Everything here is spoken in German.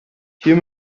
hier